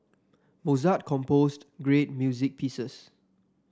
Mozart composed great music pieces